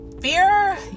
fear